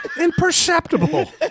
imperceptible